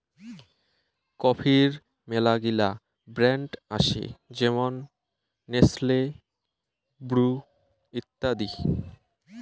কফির মেলাগিলা ব্র্যান্ড আসে যেমন নেসলে, ব্রু ইত্যাদি